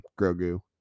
Grogu